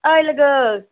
ओइ लोगो